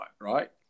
right